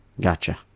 Gotcha